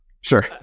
Sure